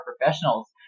professionals